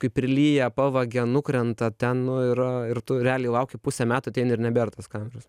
kai prilyja pavagia nukrenta ten nu yra ir tu realiai lauki pusę metų ateini ir nebėr tos kameros